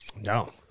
No